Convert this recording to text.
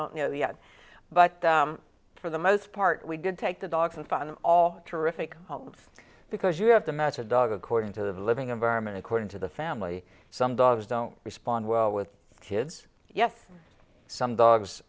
don't know yet but for the most part we did take the dogs and found all terrific homes because you have to match a dog according to the living environment according to the family some dogs don't respond well with kids yes some